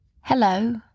Hello